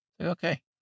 Okay